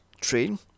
train